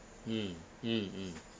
mm mm mm